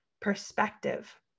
perspective